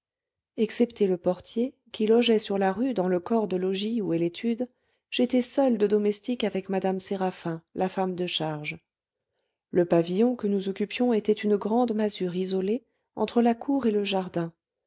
excepté le portier qui logeait sur la rue dans le corps de logis où est l'étude j'étais seule de domestique avec mme séraphin la femme de charge le pavillon que nous occupions était une grande masure isolée entre la cour et le jardin